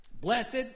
Blessed